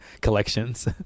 collections